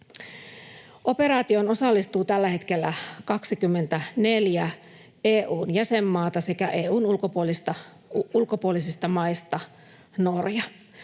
Operaatioon osallistuu tällä hetkellä 24 EU:n jäsenmaata sekä EU:n ulkopuolisista maista Norja.